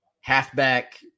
halfback